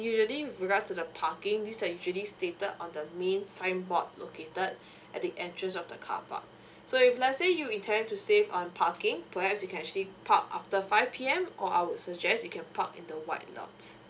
usually with regards to the parking this are usually stated on the main signboard located at the entrance of the carpark so if let's say you intending to save on parking perhaps you can actually park after five P_M or I would suggest you can park in the white lots